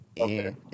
Okay